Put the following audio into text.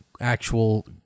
actual